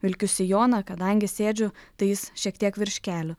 vilkiu sijoną kadangi sėdžiu tai jis šiek tiek virš kelių